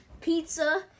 pizza